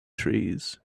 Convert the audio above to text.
trees